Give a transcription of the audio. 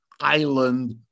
island